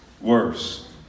worse